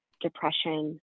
depression